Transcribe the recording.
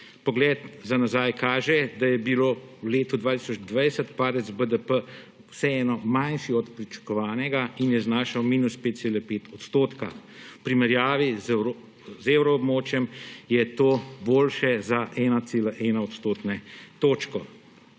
Pogled za nazaj kaže, da je bil v letu 2020 padec BDP vseeno manjši od pričakovanega in je znašal –5,5 %. V primerjavi z evroobmočjem je to boljše za 1,1 odstotne točke.